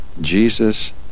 Jesus